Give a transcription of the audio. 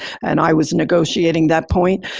and i was negotiating that point,